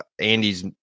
Andy's